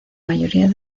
mayoría